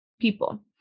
people